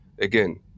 again